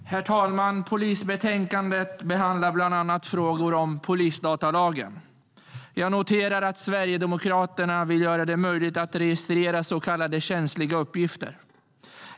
Herr talman! Polisbetänkandet behandlar bland annat frågor om polisdatalagen. Jag noterar att Sverigedemokraterna vill göra det möjligt att registrera så kallade känsliga uppgifter.